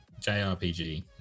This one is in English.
JRPG